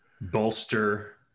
bolster